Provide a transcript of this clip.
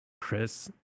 Chris